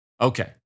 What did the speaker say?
okay